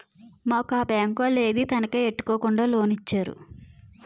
మాకు ఆ బేంకోలు ఏదీ తనఖా ఎట్టుకోకుండా లోనిచ్చేరు